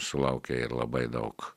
sulaukia ir labai daug